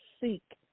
seek